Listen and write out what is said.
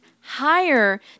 higher